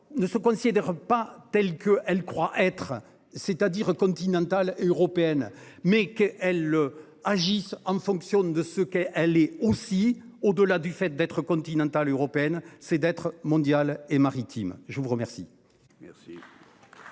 ne se considère pas telle qu'elle croit être c'est-à-dire continentale européenne mais qu'elle le agissent en fonction de ce qu'elle, elle est aussi au-delà du fait d'être continentale européenne c'est d'être mondiale et maritime. Je vous remercie.